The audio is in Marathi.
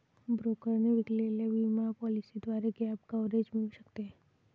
ब्रोकरने विकलेल्या विमा पॉलिसीद्वारे गॅप कव्हरेज मिळू शकते